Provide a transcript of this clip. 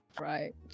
Right